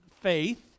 faith